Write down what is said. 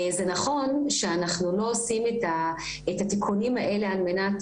זה נכון שאנחנו לא עושים את התיקונים האלה על מנת